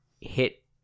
hit